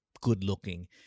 good-looking